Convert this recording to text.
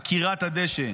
עקירת הדשא.